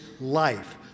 life